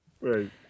Right